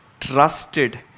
trusted